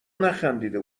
نخندیده